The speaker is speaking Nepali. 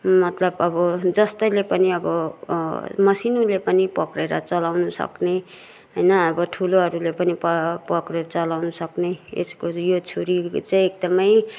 मतलब अब जस्तैले पनि अब मसिनोले पनि पक्रिएर चलाउनु सक्ने होइन अब ठुलोहरूले पनि प पक्रिएर चलाउन सक्ने यसको यो छुरी चाहिँ एकदमै